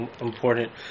important